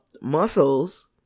muscles